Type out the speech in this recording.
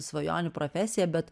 svajonių profesija bet